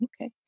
okay